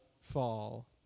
fall